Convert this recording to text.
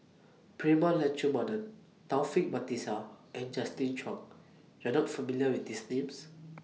Prema Letchumanan Taufik Batisah and Justin Zhuang YOU Are not familiar with These Names